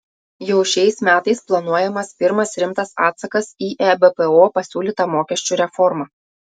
jau šiais metais planuojamas pirmas rimtas atsakas į ebpo pasiūlytą mokesčių reformą